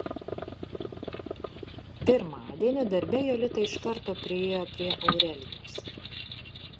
pirmadienį darbe jolita iš karto priėjo prie aurelijos